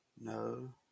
No